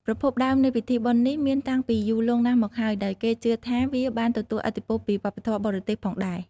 ប្រភពដើមនៃពិធីបុណ្យនេះមានតាំងពីយូរលង់ណាស់មកហើយ ដោយគេជឿថាវាបានទទួលឥទ្ធិពលពីវប្បធម៌បរទេសផងដែរ។